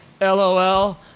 LOL